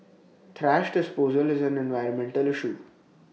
thrash disposal is an environmental issue